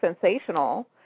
sensational